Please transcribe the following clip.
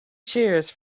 cheers